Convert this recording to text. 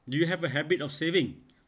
do you have a habit of saving